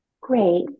great